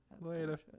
Later